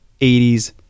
80s